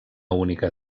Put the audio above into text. única